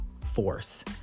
force